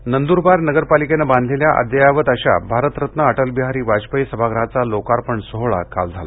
नंदरवार नंदुरबार नगरपालीकने बांधलेल्या अद्ययावत अशा भारत रत्न अटल बिहारी वाजपेयी सभागृहाचा लोकार्पण सोहळा काल झाला